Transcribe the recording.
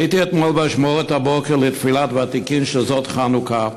הייתי אתמול באשמורת הבוקר לתפילת ותיקין של זאת חנוכה.